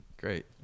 Great